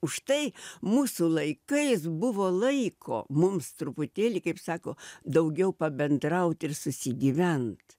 už tai mūsų laikais buvo laiko mums truputėlį kaip sako daugiau pabendraut ir susigyvent